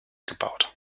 gebaut